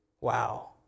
Wow